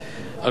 על כל מקרה,